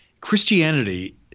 Christianity